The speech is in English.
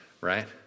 right